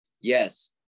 Yes